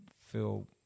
feel